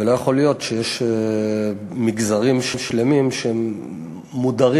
ולא יכול להיות שיש מגזרים שלמים שהם מודרים,